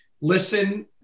listen